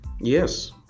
Yes